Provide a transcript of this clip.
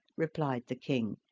replied the king.